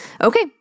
Okay